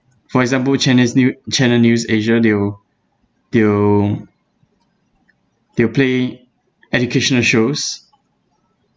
for example chines~ new channel news asia they will they will they will play educational shows